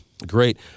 Great